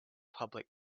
public